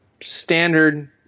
standard